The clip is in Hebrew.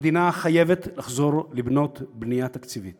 המדינה חייבת לחזור לבנות בנייה תקציבית